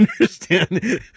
understand